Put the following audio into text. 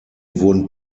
wurden